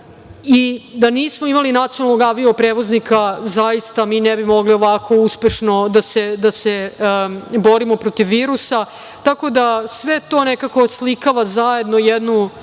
Da nismo imali nacionalnog avio prevoznika zaista mi ne bi mogli ovako uspešno da se borimo protiv virusa. Tako da, sve to nekako oslikava zajedno jednu